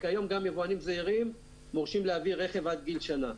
וכיום גם יבואנים זעירים מורשים להביא רכב עד גיל שנה,